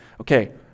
Okay